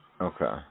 Okay